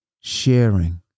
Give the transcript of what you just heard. sharing